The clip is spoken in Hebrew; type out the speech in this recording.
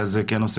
עניתי